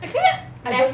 actually I don't